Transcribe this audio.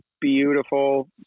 beautiful